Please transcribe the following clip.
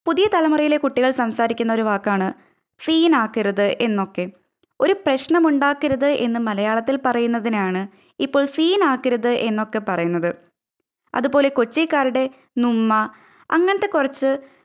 പുതിയ തലമുറയിലെ കുട്ടികൾ സംസാരിക്കുന്നൊരു വാക്കാണ് സീൻ ആക്കരുത് എന്നൊക്കെ ഒരു പ്രശ്നം ഉണ്ടാക്കരുത് എന്ന് മലയാളത്തിൽ പറയുന്നതിനാണ് ഇപ്പോൾ സീൻ ആക്കരുത് എന്നൊക്കെ പറയുന്നത് അതുപോലെ കൊച്ചിക്കാരുടെ നുമ്മ അങ്ങനത്തെ കുറച്ച്